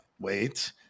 wait